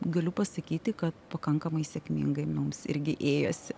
galiu pasakyti kad pakankamai sėkmingai mums irgi ėjosi